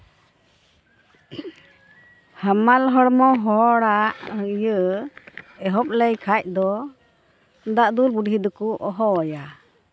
ᱦᱟᱢᱟᱞ ᱦᱚᱲᱢᱚ ᱦᱚᱲᱟᱜ ᱤᱭᱟᱹ ᱮᱦᱚᱵ ᱞᱮᱱ ᱠᱷᱟᱱ ᱫᱚ ᱫᱟᱜ ᱫᱩᱞ ᱵᱩᱰᱷᱤ ᱫᱚᱠᱚ ᱦᱚᱦᱚ ᱟᱭᱟ